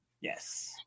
yes